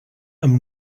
amb